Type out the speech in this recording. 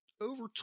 over